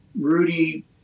Rudy